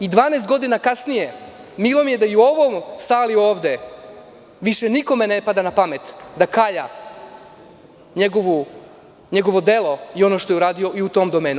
Dvanaest godina kasnije milo mi je da i u ovoj sali više nikome ne pada na pamet da kalja njegovo delo i ono što je uradio i u tom domenu.